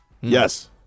Yes